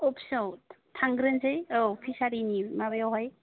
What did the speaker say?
अफिसआव थांग्रोनोसै औ फिसारिनि माबायावहाय